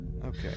Okay